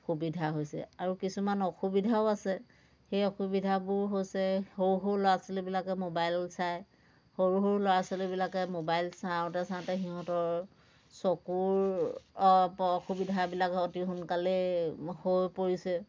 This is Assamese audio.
সুবিধা হৈছে আৰু কিছুমান অসুবিধাও আছে সেই অসুবিধাবোৰ হৈছে সৰু সৰু ল'ৰা ছোৱালীবিলাকে মোবাইল চায় সৰু সৰু ল'ৰা ছোৱালীবিলাকে মোবাইল চাওঁতে চাওঁতে সিহঁতৰ চকুৰ প অসুবিধাবিলাক অতি সোনকালেই হৈ পৰিছে